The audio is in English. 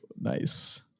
nice